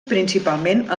principalment